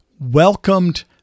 welcomed